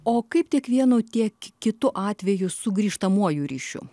o kaip tiek vienu tiek kitu atveju su grįžtamuoju ryšiu